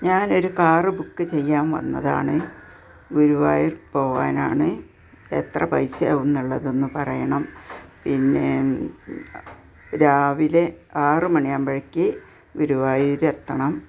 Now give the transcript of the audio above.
ഞാൻ ഒരു car book ചെയ്യാൻ വന്നതാണ് ഗുരുവായൂർ പോവാനാണ് എത്ര പൈസയാവും എന്നുള്ളതൊന്ന് പറയണം പിന്നെ രാവിലെ ആറു മണിയാവുമ്പോഴേക്ക് ഗുരുവായൂരില് എത്തണം